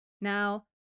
Now